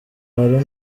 hari